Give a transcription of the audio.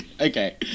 Okay